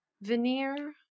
veneer